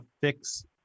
fix